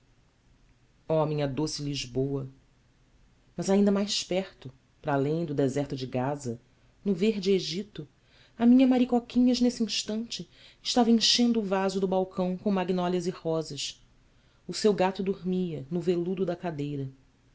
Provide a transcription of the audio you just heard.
ó minha doce lisboa mas ainda mais perto para além do deserto de gaza no verde egito a minha maricoquinhas nesse instante estava enchendo o vaso do balcão com magnólias e rosas o seu gato dormia no veludo da cadeira